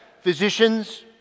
Physicians